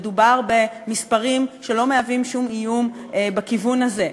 מדובר במספרים שלא מהווים שום איום בכיוון הזה.